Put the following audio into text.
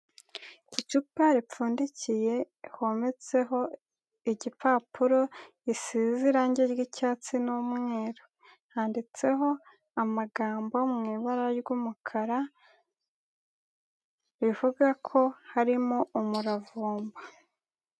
Icupa ripfundikiye hometseho igipapuro, risize irangi ry'icyatsi n'umweru. Handitseho amagambo mu ibara ry'umukara, rivuga ko harimo umuravumba.